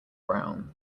brown